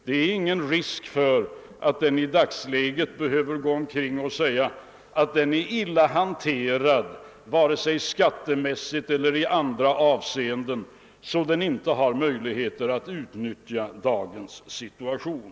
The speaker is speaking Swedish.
Det är ingen risk för att man i dagsläget behöver gå omkring och säga att man är illa behandlad, varken skattemässigt eller i andra avseenden, så att man därför inte kan utnyttja dagens situation.